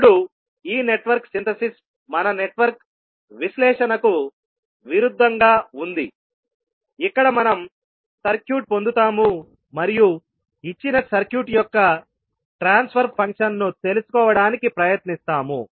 ఇప్పుడు ఈ network synthesis మన నెట్వర్క్ విశ్లేషణకు విరుద్ధంగా ఉంది ఇక్కడ మనం సర్క్యూట్ పొందుతాము మరియు ఇచ్చిన సర్క్యూట్ యొక్క ట్రాన్స్ఫర్ ఫంక్షన్ ను తెలుసుకోవడానికి ప్రయత్నిస్తాము